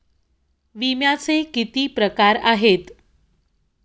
विम्याचे किती प्रकार आहेत?